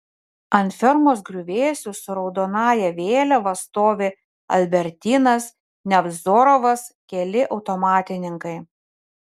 ant fermos griuvėsių su raudonąja vėliava stovi albertynas nevzorovas keli automatininkai